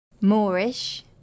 Moorish